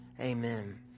amen